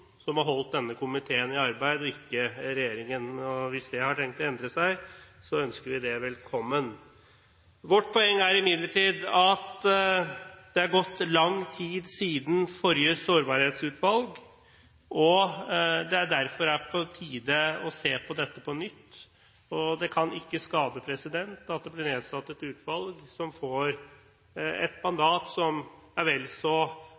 som har holdt denne komiteen i arbeid, ikke regjeringen. Hvis det endrer seg, ønsker vi det velkommen. Vårt poeng er imidlertid at det er gått lang tid siden forrige sårbarhetsutvalg, og det er derfor på tide å se på dette på nytt. Det kan ikke skade at det blir nedsatt et utvalg som får et mandat som er vel så